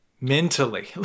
mentally